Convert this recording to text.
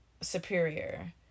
superior